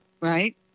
Right